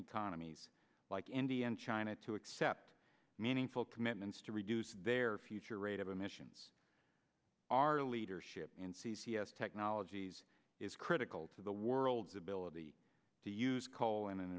economies like india and china to accept meaningful commitments to reduce their future rate of emissions our leadership in c c s technologies is critical to the world's ability to use coal in an